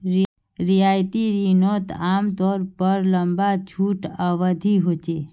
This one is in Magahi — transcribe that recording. रियायती रिनोत आमतौर पर लंबा छुट अवधी होचे